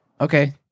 Okay